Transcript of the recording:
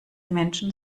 menschen